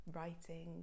writing